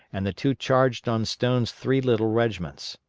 and the two charged on stone's three little regiments.